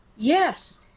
Yes